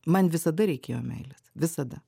man visada reikėjo meilės visada